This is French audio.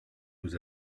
nous